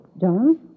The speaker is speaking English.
John